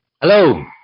Hello